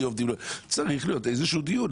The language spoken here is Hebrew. צריך להיות איזשהו דיון.